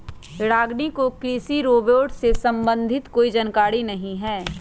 रागिनी को कृषि रोबोट से संबंधित कोई जानकारी नहीं है